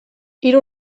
hiru